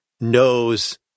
knows